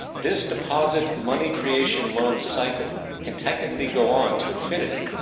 this deposit money creation loan cycle can technically go on to infinity.